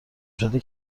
شده